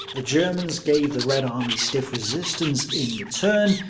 the germans gave the red army stiff resistance in return,